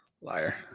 Liar